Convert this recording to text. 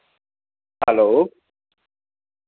hello